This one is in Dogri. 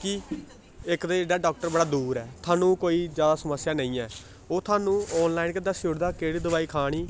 कि इक ते जेह्ड़ा डाक्टर बड़ा दूर ऐ थुहानूं कोई जैदा समस्या नेईं ऐ ओह् थुहानूं आनलाइन गै दस्सी ओड़दा केह्ड़ी दोआई खानी